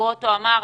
גרוטו אמר,